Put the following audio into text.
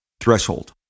threshold